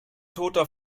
toter